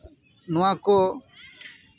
ᱱᱚᱣᱟ ᱠᱚ